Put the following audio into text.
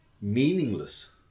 meaningless